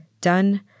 Done